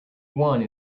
one